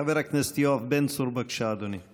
חבר הכנסת יואב בן צור, בבקשה, אדוני.